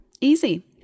Easy